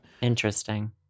Interesting